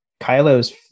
Kylo's